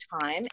time